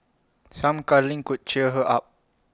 some cuddling could cheer her up